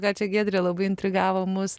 ką čia giedrė labai intrigavo mus